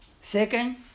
Second